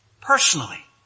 personally